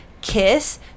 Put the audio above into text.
kiss